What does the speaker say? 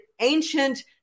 ancient